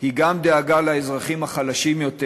היא גם דאגה לאזרחים החלשים יותר,